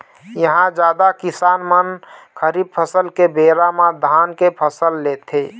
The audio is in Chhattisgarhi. इहां जादा किसान मन खरीफ फसल के बेरा म धान के फसल लेथे